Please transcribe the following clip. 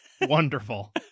Wonderful